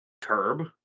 Curb